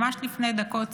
ממש לפני דקות ספורות,